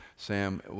Sam